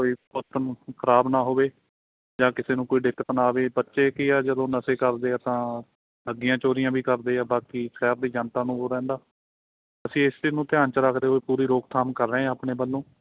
ਕੋਈ ਕੰਮ ਖ਼ਰਾਬ ਨਾ ਹੋਵੇ ਜਾਂ ਕਿਸੇ ਨੂੰ ਕੋਈ ਦਿੱਕਤ ਨਾ ਆਵੇ ਬੱਚੇ ਕੀ ਆ ਜਦੋਂ ਨਸ਼ੇ ਕਰਦੇ ਆ ਤਾਂ ਠੱਗੀਆਂ ਚੋਰੀਆਂ ਵੀ ਕਰਦੇ ਆ ਬਾਕੀ ਸ਼ਹਿਰ ਦੀ ਜਨਤਾ ਨੂੰ ਉਹ ਰਹਿੰਦਾ ਅਸੀਂ ਇਸ ਚੀਜ਼ ਨੂੰ ਧਿਆਨ 'ਚ ਰੱਖਦੇ ਹੋਏ ਪੂਰੀ ਰੋਕਥਾਮ ਕਰ ਰਹੇ ਹਾਂ ਆਪਣੇ ਵੱਲੋਂ